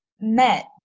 met